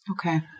Okay